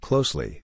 Closely